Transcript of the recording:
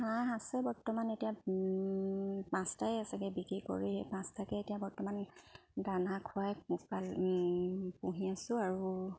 হাঁহ আছে বৰ্তমান এতিয়া পাঁচটাই আছেগৈ বিক্ৰী কৰি পাঁচটাকে এতিয়া বৰ্তমান দানা খুৱাই পোহপাল পুহি আছোঁ আৰু